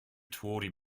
tawdry